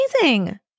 amazing